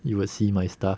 you will see my stuff